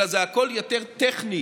אלא הכול יותר טכני,